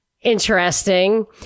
interesting